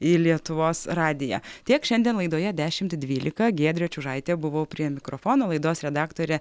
į lietuvos radiją tiek šiandien laidoje dešimt dvylika giedrė čiužaitė buvau prie mikrofono laidos redaktorė